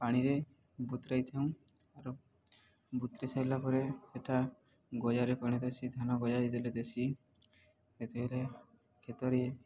ପାଣିରେ ବତୁରାଇ ଥାଉଁ ଆ ବତୁରାଇ ସାରିଲା ପରେ ସେଠା ଗଜାରେ ପାଣି ଦେସି ଧାନ ଗଜା ହେଲେ ଦେଶୀ ସେତଲେ କ୍ଷେତରେ